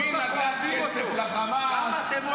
חבר הכנסת מלביצקי,